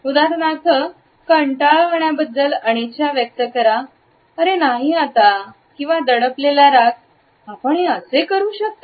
उदाहरणार्थ कंटाळवाण्याबद्दल अनिच्छा व्यक्त करा "अरे नाही आता" किंवा दडपलेला राग "आपण हे कसे करू शकता"